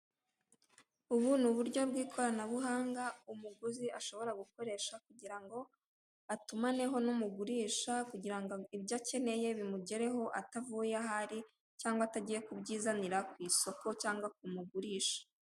Ubu ni uburyo bw'ikoranabuhanga umuguzi ashobora gukoresha kugira ngo atumaneho n'umugurisha kugira ibyo akeneye bimugereho atavuye aha ari cyangwa atagiye kubyizanira ku isoko cyangwa ku mugurisha.